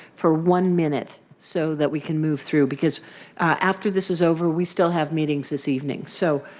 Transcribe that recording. for one minute, so that we can move through, because after this is over, we still have meetings this evening. so,